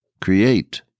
create